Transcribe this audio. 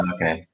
Okay